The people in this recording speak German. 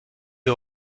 ihr